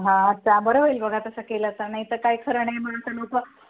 हां अच्छा बरं होईल बघा तसं केलं तर नाही तर काय खरं नाही म्हणून तर लोक